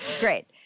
great